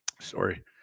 sorry